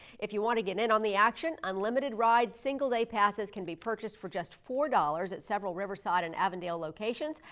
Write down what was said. if you want to get in on the action, unlimited ride, single day passes can be purchased for just four dollars at several riverside and avondale locations,